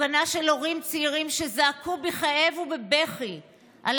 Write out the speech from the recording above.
הפגנה של הורים צעירים שזעקו בכאב ובבכי על